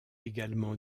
également